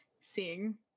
seeing